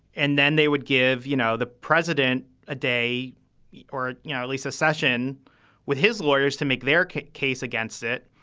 and then they would give, you know, the president a day or, you know, at least a session with his lawyers to make their case case against it.